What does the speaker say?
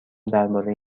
درباره